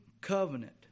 covenant